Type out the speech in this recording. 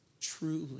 truly